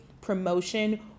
promotion